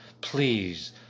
please